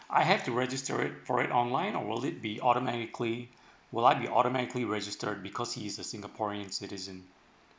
I have to register it for it online or will it be automatically will I be automatically registered because he is a singaporean citizen